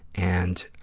and